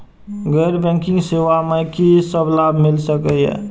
गैर बैंकिंग सेवा मैं कि सब लाभ मिल सकै ये?